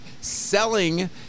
selling